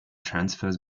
transfers